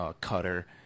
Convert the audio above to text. cutter